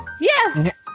Yes